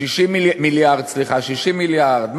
60 מיליארד,